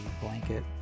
blanket